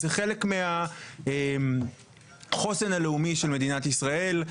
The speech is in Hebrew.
זה חלק מהחוסן הלאומי של מדינת ישראל,